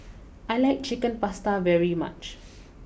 I like Chicken Pasta very much